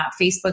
Facebook